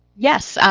yes,